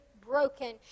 broken